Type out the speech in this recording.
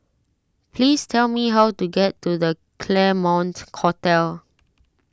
please tell me how to get to the Claremont Hotel